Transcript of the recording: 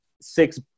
six